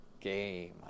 game